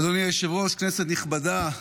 אדוני היושב-ראש, כנסת נכבדה,